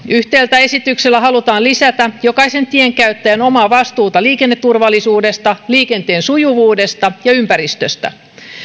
yhtäältä esityksellä halutaan lisätä jokaisen tienkäyttäjän omaa vastuuta liikenneturvallisuudesta liikenteen sujuvuudesta ja ympäristöstä